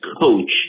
coach